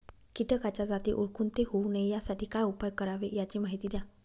किटकाच्या जाती ओळखून ते होऊ नये यासाठी काय उपाय करावे याची माहिती द्या